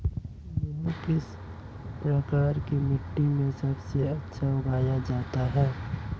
गेहूँ किस प्रकार की मिट्टी में सबसे अच्छा उगाया जाता है?